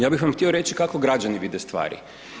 Ja bih vam htio reći kako građani vide stvari.